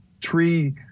tree